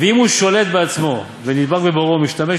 ואם הוא שולט בעצמו ונדבק בבוראו ומשתמש